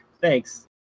thanks